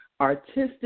artistic